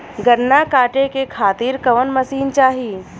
गन्ना कांटेके खातीर कवन मशीन चाही?